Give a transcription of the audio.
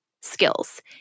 skills